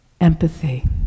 Empathy